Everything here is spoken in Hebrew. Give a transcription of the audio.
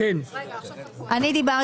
אני אגיד